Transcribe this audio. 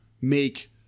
make